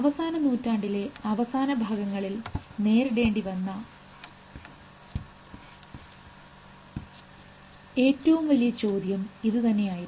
അവസാന നൂറ്റാണ്ടിലെ അവസാന ഭാഗങ്ങളിൽ നേരിടേണ്ടി വന്ന ഏറ്റവും വലിയ ചോദ്യം ഇതുതന്നെയായിരുന്നു